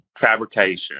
fabrication